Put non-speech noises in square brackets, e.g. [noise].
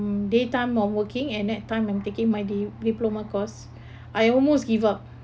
mm day time while working and night time when taking my di~ diploma course [breath] I almost give up